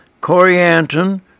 Corianton